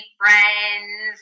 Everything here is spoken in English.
friends